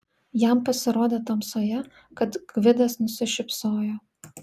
jam pasirodė tamsoje kad gvidas nusišypsojo